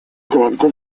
гонку